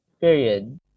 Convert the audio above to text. period